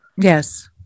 yes